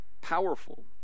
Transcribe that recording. powerful